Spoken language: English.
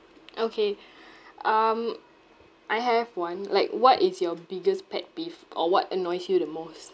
okay um I have have one like what is your biggest pet peeve or what annoys you the most